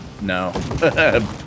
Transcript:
no